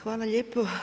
Hvala lijepo.